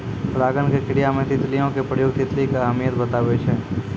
परागण के क्रिया मे तितलियो के प्रयोग तितली के अहमियत बताबै छै